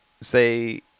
say